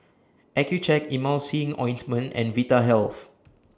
Accucheck Emulsying Ointment and Vitahealth